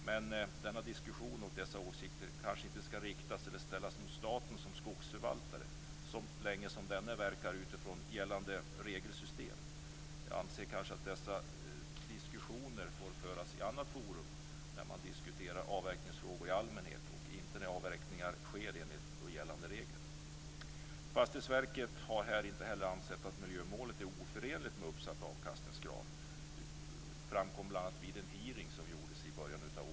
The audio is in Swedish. Men denna diskussion och dessa åsikter kanske inte skall riktas till eller ställas mot staten som skogsförvaltare, så länge man verkar utifrån gällande regelsystem. Jag anser att dessa diskussioner får föras i annat forum, när man diskuterar avverkningsfrågor i allmänhet och inte när avverkningar sker enligt gällande regler. Fastighetsverket har här inte heller ansett att miljömålet är oförenligt med uppsatt avkastningskrav. Det framkom bl.a. vid en hearing som genomfördes i början av året.